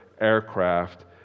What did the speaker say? aircraft